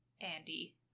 Andy